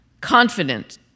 confident